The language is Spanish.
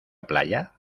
playa